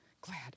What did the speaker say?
glad